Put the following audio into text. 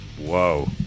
Whoa